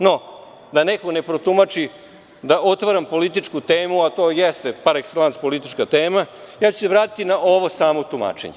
No, da neko protumači da otvaram političku temu, a to jeste par ekselans politička tema, ja ću se vratiti na ovo samo tumačenje.